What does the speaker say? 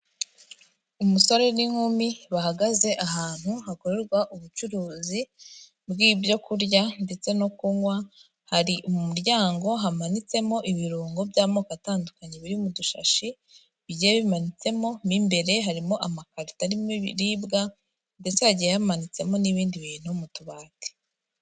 Umusore n'inkumi bahagaze ahantu hakorerwa ubucuruzi bw'ibyo kurya ndetse no kunywa, hari umuryango hamanitsemo ibirungo by'amoko atandukanye biri mu dushashi, bigiye bimanitsemo, mo imbere harimo amakarito arimo ibiribwa ndetse hagiye hamanitsemo n'ibindi bintu mu tubati.